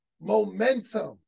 momentum